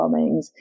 bombings